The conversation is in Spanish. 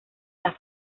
las